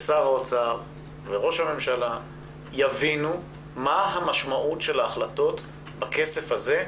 שר האוצר וראש הממשלה יבינו מה המשמעות של ההחלטות בכסף הזה,